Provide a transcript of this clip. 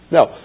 Now